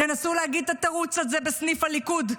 תנסו להגיד את התירוץ הזה בסניף הליכוד,